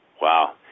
Wow